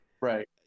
right